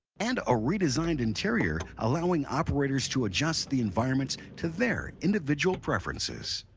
and a redesigned interior allowing operators to adjust the environments to their individual preferences.